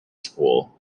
school